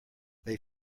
they